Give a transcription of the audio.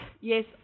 yes